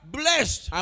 blessed